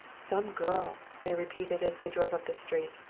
some girl! they repeated as they drove up the street.